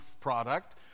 product